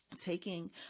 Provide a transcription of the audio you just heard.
Taking